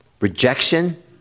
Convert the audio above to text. Rejection